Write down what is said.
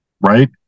Right